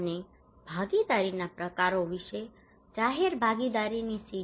અને ભાગીદારીના પ્રકારો વિશે જાહેર ભાગીદારીની સીડી